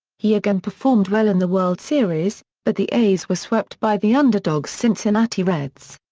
he again performed well in the world series, but the a's were swept by the underdog cincinnati reds.